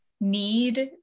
need